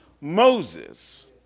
Moses